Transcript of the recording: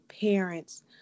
parents